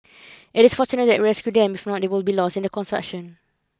it is fortunate that we rescued them if not they would be lost in the construction